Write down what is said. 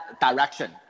direction